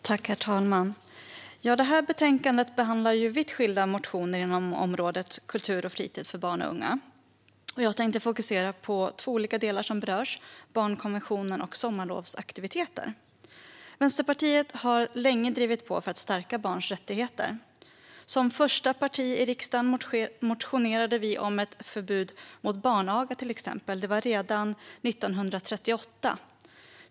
Herr talman! I detta betänkande behandlas vitt skilda motioner inom området kultur och fritid för barn och unga. Jag tänkte fokusera på två olika delar som berörs: barnkonventionen och sommarlovsaktiviteter. Vänsterpartiet har länge drivit på för att stärka barns rättigheter. Som första parti i riksdagen motionerade vi om ett förbud mot barnaga, till exempel. Det var redan 1938.